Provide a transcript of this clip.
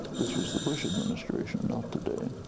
this was the bush administration, not today.